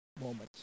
moments